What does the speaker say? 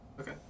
Okay